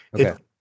Okay